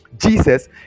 jesus